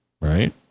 right